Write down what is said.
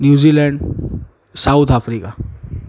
New Zealand South Africa